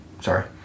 Sorry